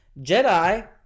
Jedi